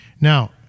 Now